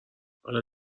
حالا